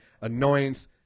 annoyance